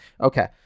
Okay